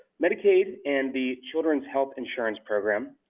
medicaid and the children's health insurance program,